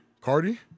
Cardi